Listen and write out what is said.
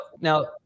now